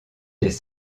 des